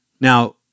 Now